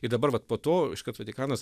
ir dabar vat po to iškart vatikanas